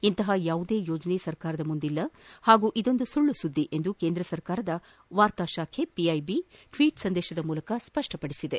ಇಂತಹ ಯಾವುದೇ ಯೋಜನೆ ಸರ್ಕಾರದ ಮುಂದಿಲ್ಲ ಹಾಗೂ ಇದೊಂದು ಸುಳ್ಳುಸುದ್ದಿ ಎಂದು ಕೇಂದ್ರ ಸರ್ಕಾರದ ವಾರ್ತಾ ಶಾಖೆ ಪಿಐಬಿ ಟ್ವೀಟ್ ಸಂದೇಶದ ಮೂಲಕ ಸ್ಪಷ್ಟಪಡಿಸಿದೆ